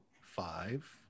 Five